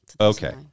okay